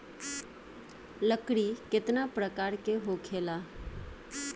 लकड़ी केतना परकार के होखेला